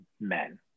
men